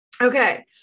Okay